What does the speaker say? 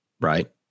right